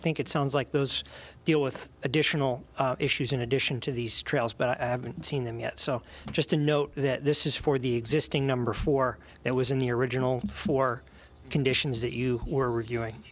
think it sounds like those deal with additional issues in addition to these trails but i haven't seen them yet so just to note that this is for the existing number four that was in the original four conditions that you were reviewing